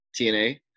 TNA